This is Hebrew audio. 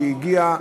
שהגיע,